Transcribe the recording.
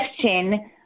question